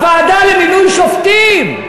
הוועדה למינוי שופטים,